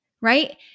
right